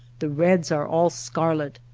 the reds are all scarlet,